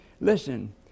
Listen